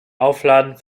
aufladen